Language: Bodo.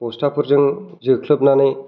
बस्ताफोरजों जोख्लोबनानै